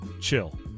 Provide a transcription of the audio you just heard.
Chill